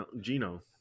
Gino